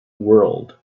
world